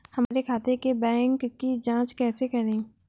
हमारे खाते के बैंक की जाँच कैसे करें?